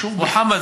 מוחמד,